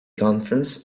conference